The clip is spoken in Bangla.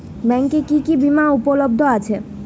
ব্যাংকে কি কি বিমা উপলব্ধ আছে?